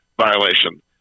violation